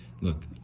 Look